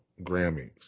Grammys